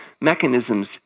mechanisms